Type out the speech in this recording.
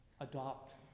adopt